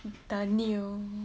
the nei